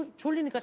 children